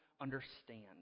understand